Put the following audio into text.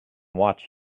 watch